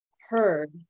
heard